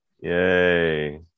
Yay